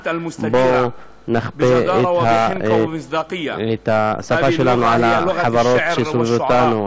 בואו, את השפה שלנו על החברות שסובבות אותנו.